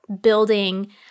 building